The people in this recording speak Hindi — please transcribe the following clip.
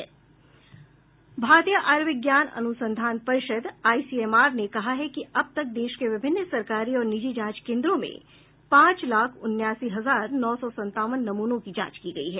भारतीय आयुर्विज्ञान अनुसंधान परिषद आईसीएमआर ने कहा है कि अब तक देश के विभिन्न सरकारी और निजी जांच केंद्रों में पांच लाख उनासी हजार नौ सौ सतावन नमूनों की जांच की गई है